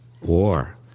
war